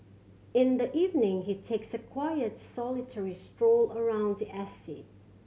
in the evening he takes a quiet solitary stroll around the estate